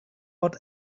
what